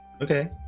Okay